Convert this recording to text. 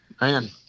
Man